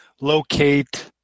locate